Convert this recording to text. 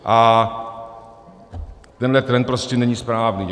A tenhle trend prostě není správný.